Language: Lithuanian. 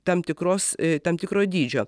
tam tikros tam tikro dydžio